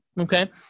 okay